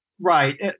Right